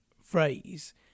phrase